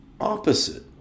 opposite